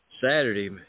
Saturday